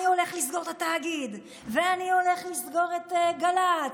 אני הולך לסגור את התאגיד ואני הולך לסגור את גל"צ,